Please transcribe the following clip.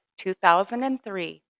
2003